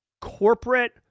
corporate